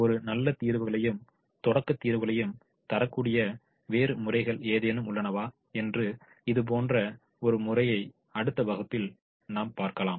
எனவே நல்ல தீர்வுகளையும் தொடக்கத் தீர்வுகளையும் தரக்கூடிய வேறு முறைகள் ஏதேனும் உள்ளனவா என்ற இதுபோன்ற ஒரு முறையை அடுத்த வகுப்பில் நாம் பார்க்கலாம்